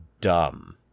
dumb